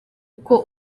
kuko